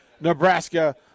Nebraska